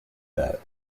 that